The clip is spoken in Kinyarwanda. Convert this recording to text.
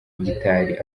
gitari